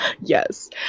Yes